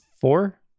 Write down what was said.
four